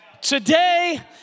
today